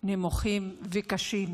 נמוכים וקשים,